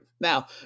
Now